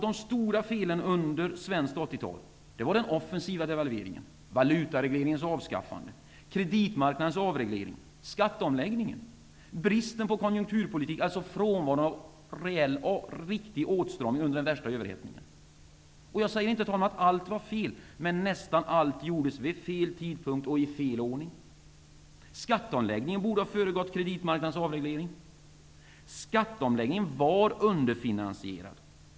De stora felen under svenskt 80-tal var den offensiva devalveringen, valutaregleringens avskaffande, kreditmarknadens avreglering, skatteomläggningen, bristen på konjunkturpolitik, alltså frånvaron av en riktig åtstramning under den värsta överhettningen. Jag säger inte att allt var fel. Men nästan allt gjordes vid fel tidpunkt och i fel ordning. Skatteomläggningen borde ha föregått kreditmarknadens avreglering. Skatteomläggningen var underfinansierad.